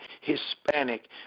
Hispanic